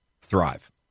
thrive